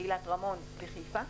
אילת-רמון וחיפה,